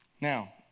Now